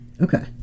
Okay